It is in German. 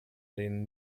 denen